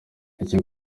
icyo